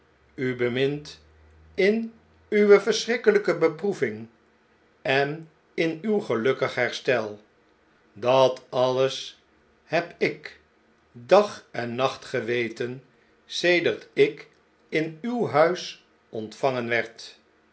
u bemint in uwe verschrikkelgke beproeving en in uw gelukkig herstel dat alles heb ik dag en nacht geweten sedert ik in uw huis ontvangen werd